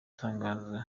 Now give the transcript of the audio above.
tangazo